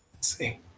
see